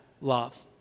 love